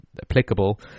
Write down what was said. applicable